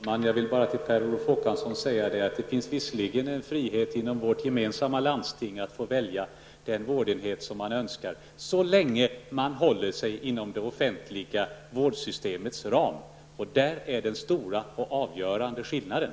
Herr talman! Till Per Olof Håkansson vill jag bara säga att det visserligen finns en frihet inom vårt landsting. Man kan alltså välja önskad vårdenhet -- men bara så länge man håller sig inom det offentliga vårdsystemets ram. Det är den stora och avgörande skillnaden.